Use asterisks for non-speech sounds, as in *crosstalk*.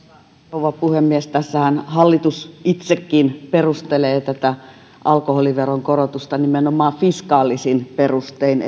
rouva puhemies tässähän hallitus itsekin perustelee alkoholiveron korotusta nimenomaan fiskaalisin perustein *unintelligible*